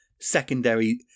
secondary